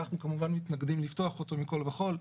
אנחנו כמובן מתנגדים לפתוח אותו מכל וכול.